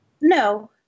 No